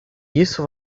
isso